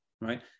right